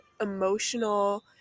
emotional